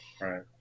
right